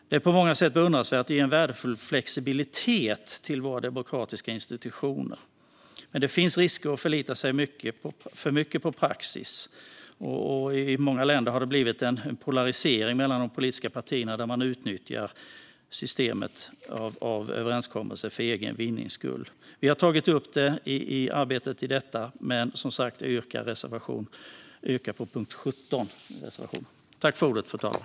Det är på många sätt beundransvärt och ger en värdefull flexibilitet till våra demokratiska institutioner. Men det finns risker med att förlita sig för mycket på praxis. I många länder har det blivit en polarisering mellan de politiska partierna där man utnyttjar systemet för överenskommelser för egen vinnings skull. Vi har tagit upp det i arbetet med detta betänkande, men som sagt yrkar jag i dag bifall till reservation 8 under punkt 17.